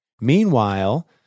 Meanwhile